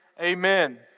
amen